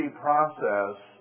process